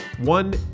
one